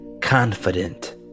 confident